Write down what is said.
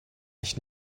nicht